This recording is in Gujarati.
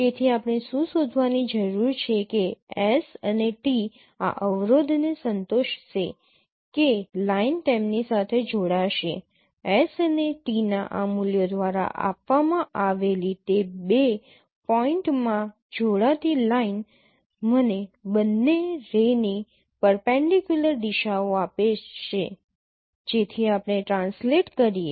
તેથી આપણે શું શોધવાની જરૂર છે કે s અને t આ અવરોધને સંતોષશે કે લાઇન તેમની સાથે જોડાશે s અને t ના આ મૂલ્યો દ્વારા આપવામાં આવેલી તે બે પોઇન્ટ્સમાં જોડાતી લાઇન મને બંને રે ની પરપેન્ડિકયુલર દિશાઓ આપશે જેથી આપણે ટ્રાન્સલેટ કરીએ